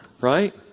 right